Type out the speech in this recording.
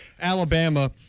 Alabama –